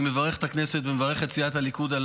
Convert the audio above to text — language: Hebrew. אני מברך את הכנסת ומברך את סיעת הליכוד על